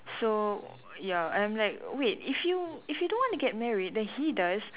so ya I'm like wait if you if you don't want to get married then he does